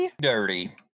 Dirty